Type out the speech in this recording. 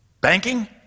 Banking